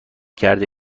کرده